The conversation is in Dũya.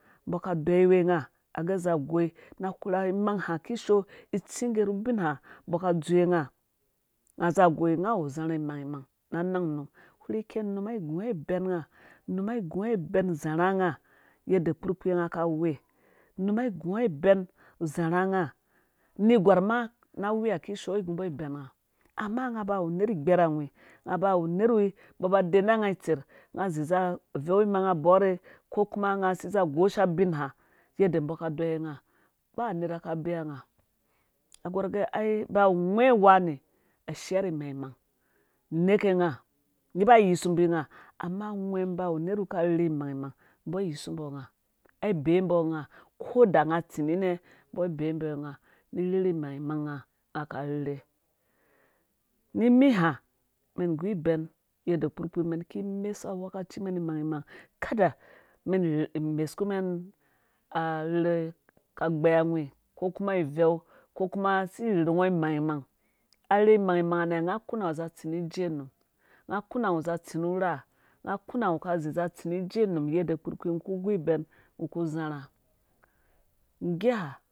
Mbɔ ka deyiwe nga age za goi na kpurha imangha kishoo itsi ngge nu ubinha mbɔ ka dzowe nga nga za goi nga awu zharha imangmang na. nang num kuma ikei num ai gua uben nga nga gua biɛn zharha nga yadda kpurkpii nga ka we num ai gua iben zharha nga nerh gwar ma na wuya kishoo ai gue mbø iben nga amma nga ba wu nerh igbɛr ahwi nga ba awu nerh wi mbɔ ba dene nga itserh nga ziza. aveu imang bɔrhe ko kuma nga zi za gosha ubinha uadda bmbɔ ka deyiwa nga ba nerha ka bee nga ai gɔr gɛ ai bewa gwhɛ wani ashia ni mangmang neka nga nrba yisu mbi nga amma gwhɛ mum ba wu nerh wi ka rherhi imangmang mbɔ yisu mbɔ nga ai bee mbɔ nga koda nga tsi ninɛ mbɔ bee mbɔ nga nu rherhi imangmang nga ka rherhe nimi. ha men gu ibɛn yadda kpurkpii mɛn ki mesuwe awekaci mɛn imangmang kada mɛn imesu kumɛn arherhe ka gbɛr ahwi ko kuma iveu ko kuma si rherhu ngɔ imangmang arherhe mangmangha nɛ nga kuna ngɔ za tsi nu urha nga kuna ngɔ za atsi ni ijee num yadda kpurkpii ngo ku gu ibɛn ngɔ ku zharha nggeha